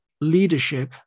leadership